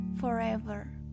forever